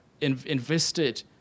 invested